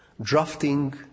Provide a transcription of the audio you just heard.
drafting